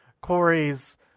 Corey's